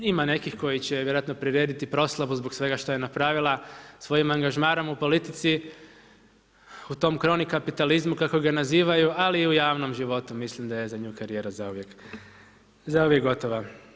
Ima nekih koji će vjerojatno prirediti proslavu zbog svega što je napravila svojim angažmanom u politici u tom cronic kapitalizmu kako ga nazivaju, ali i u javnom životu mislim da je karijera za nju zauvijek gotova.